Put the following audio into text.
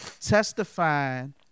testifying